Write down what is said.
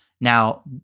now